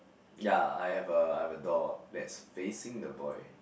ya I have a I have a doll that's facing the boy